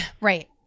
Right